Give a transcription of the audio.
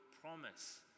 promise